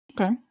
Okay